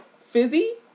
fizzy